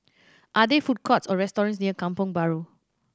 are there food courts or restaurants near Kampong Bahru